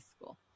school